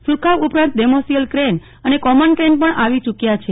સુરખાબ ઉપરાંત demoiselle crane ને common crane પણ આવી ચૂક્યા છે